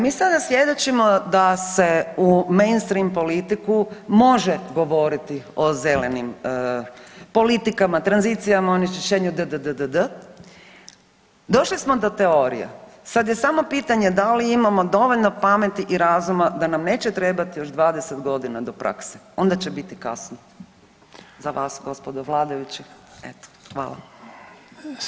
Mi sada svjedočimo da se u mainstream politiku može govoriti o zelenim politikama, tranzicijama, onečišćenju dddd, došli smo do teorije, sad je samo pitanje da li imamo dovoljno pameti i razuma da nam neće trebati još 20 godina do prakse onda će biti kasno za vas gospodo vladajući.